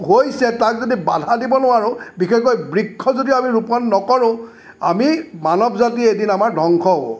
হৈছে তাক যদি বাধা দিব নোৱাৰোঁ বিশেষকৈ বৃক্ষ যদি আমি ৰোপন নকৰোঁ আমি মানৱজাতি এদিন আমাৰ ধ্বংস হ'ব